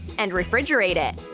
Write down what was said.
and refrigerate it.